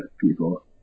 people